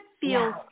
feels